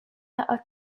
are